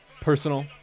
Personal